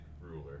ruler